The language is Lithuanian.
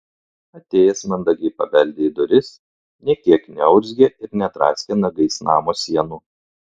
atėjęs mandagiai pabeldė į duris nė kiek neurzgė ir nedraskė nagais namo sienų